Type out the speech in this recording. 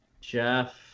Jeff